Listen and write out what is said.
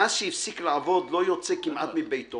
מאז שהפסיק לעבוד לא יוצא כמעט מביתו